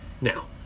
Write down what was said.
Now